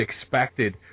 expected